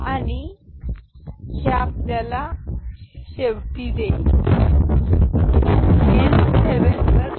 आणि हे आपल्याला शेवटी देईल मी एम 7 वर काहीही नाही योग्य